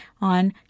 on